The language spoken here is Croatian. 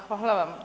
Hvala vam.